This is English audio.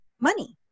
money